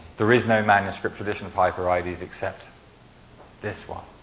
there is no manuscript tradition of hypereides except this one.